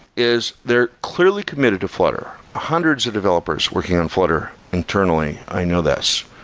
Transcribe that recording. is they're clearly committed to flutter. hundreds of developers working on flutter internally, i know this.